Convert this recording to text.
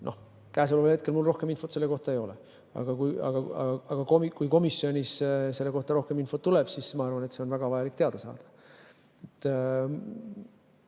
siis käesoleval hetkel mul rohkem infot selle kohta ei ole. Aga kui komisjoni selle kohta rohkem infot tuleb, siis ma arvan, et seda on väga vaja teada saada.